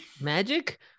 magic